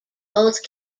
both